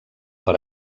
per